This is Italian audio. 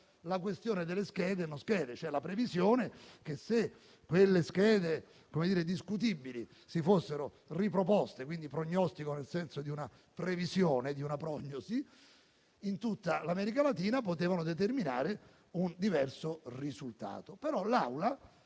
alla questione delle schede, cioè alla previsione che, se quelle schede discutibili si fossero riproposte (quindi prognostico nel senso di una previsione, di una prognosi) in tutta l'America Latina potevano determinare un diverso risultato. L'Assemblea